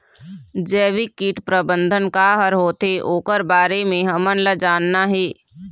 जैविक कीट प्रबंधन का हर होथे ओकर बारे मे हमन ला जानना हे?